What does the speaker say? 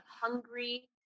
hungry